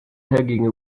hugging